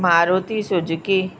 Maruti Suzuki